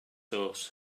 horse